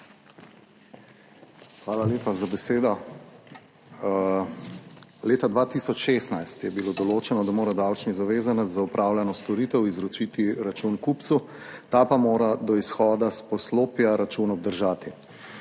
Hvala lepa za besedo. Leta 2016 je bilo določeno, da mora davčni zavezanec za opravljeno storitev izročiti račun kupcu, ta pa mora do izhoda iz poslopja račun obdržati.